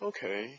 Okay